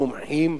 מומחים.